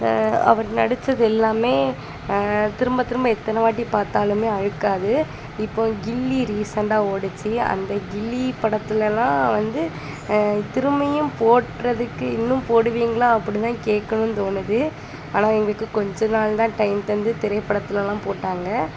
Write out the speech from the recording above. அவர் நடித்தது எல்லாமே திரும்ப திரும்ப எத்தனை வாட்டி பார்த்தாலுமே அலுக்காது இப்போ கில்லி ரீசண்டாக ஓடுச்சி அந்த கில்லி படத்திலலாம் வந்து திரும்பியும் போடுறதுக்கு இன்னும் போடுவீங்களா அப்படிதான் கேட்கணுன்னு தோணுது ஆனால் எங்களுக்கு கொஞ்ச நாள்தான் டைம் தந்து திரைப்படத்திலலாம் போட்டாங்கள்